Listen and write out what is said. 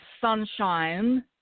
sunshine